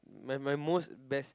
my my most best